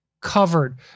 covered